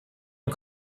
und